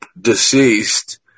deceased